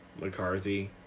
McCarthy